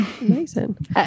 amazing